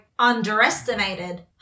Underestimated